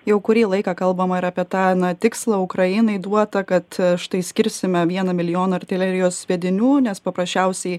jau kurį laiką kalbama ir apie tą na tikslą ukrainai duotą kad štai skirsime vieną milijoną artilerijos sviedinių nes paprasčiausiai